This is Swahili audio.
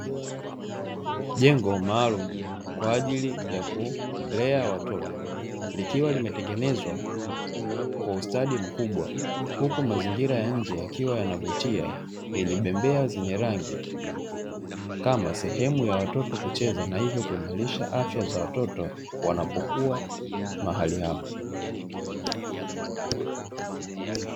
Jengo maalumu kwa ajili ya kulea watoto likiwa limetengenezwa kwa ustadi mkubwa, huku mazingira ya nje yakiwa yanavutia yenye bembea zenye rangi kama sehemu ya watoto kucheza na hivyo kuimarisha afya za watoto wanapokuwa mahali hapo.